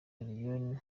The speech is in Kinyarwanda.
allioni